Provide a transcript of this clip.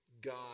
God